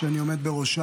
שאני עומד בראשה,